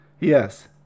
Yes